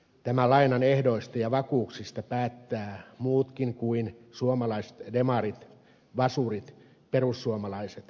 tämän lainan ehdoista ja vakuuksista päättävät muutkin kuin suomalaiset demarit vasurit perussuomalaiset ja kristillisdemokraatit